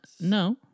no